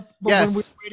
Yes